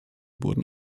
wurden